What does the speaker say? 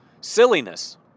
silliness